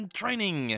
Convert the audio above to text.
training